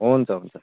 हुन्छ हुन्छ